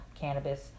cannabis